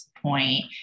point